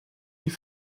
die